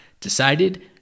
decided